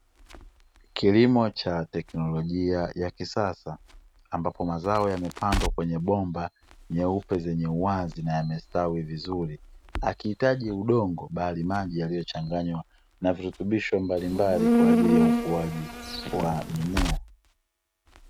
Kilimo cha teknolojia ya kisasa ambapo mazao yamepandwa kwenye bomba nyeupe zenye uwazi na yamestawi vizuri, akihitaji udongo bali maji yaliyochanganywa na virutubisho mbalimbali kwa ajili ya ukuaji wa mimea.